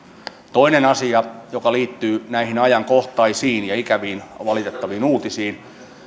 toinen asia joka liittyy näihin ajankohtaisiin ja ikäviin ja valitettaviin uutisiin